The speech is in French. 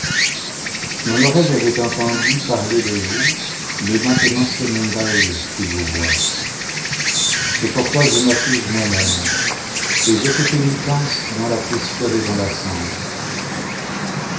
mon oreille avait entendu parler de vous mais maintenant c'est mon œil qui vous voit c'est pourquoi je m'accuse moimême et je fais pénitence dans la poussière et dans la cendre